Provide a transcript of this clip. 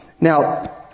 Now